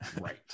Right